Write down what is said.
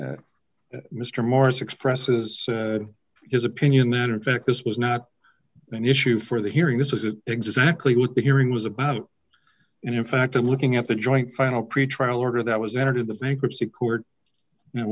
order mr morris expresses his opinion that in fact this was not an issue for the hearing this is it exactly what the hearing was about and in fact i'm looking at the joint final pretrial order that was entered in the bankruptcy court